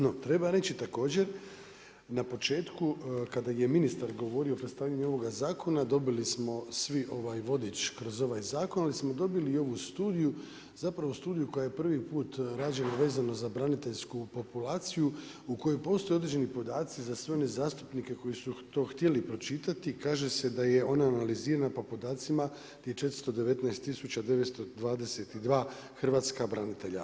No treba reći također na početku kada je ministar govorio, u predstavljaju ovoga zakona, dobili smo svi ovaj vodič kroz ovaj zakon, ali smo dobili i ovu studiju, zapravo studiju koja je prvi put razumno vezana za braniteljsku populaciju u kojoj postoje određeni podaci za sve one zastupnike koji su to htjeli pročitati, kaže se da je ona analizirana po podacima gdje je 419 922 hrvatska branitelja.